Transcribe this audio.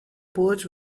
porch